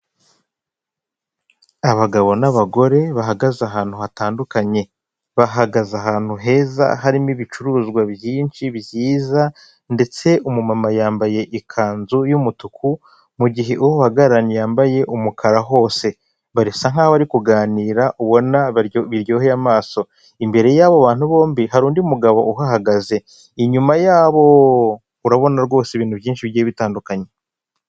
Abagabo n'abagore bahagaze ahantu hatandukanye. Bahagaze ahantu heza, harimo ibicuruzwa byinshi byiza, ndetse umumama yambaye ikanzu y'umutuku, mu gihe uwo bahagararanye yambaye umukara hose. Basa nk'aho bari kuganira, ubona biryoheye amaso. Imbere yabo hari undi mugabo uhagaze inyuma yabo, urabona rwose ibintu byinshi bigiye bitandukanye.